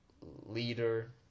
leader